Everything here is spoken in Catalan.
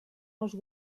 els